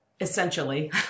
essentially